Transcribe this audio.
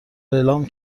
اعلام